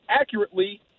accurately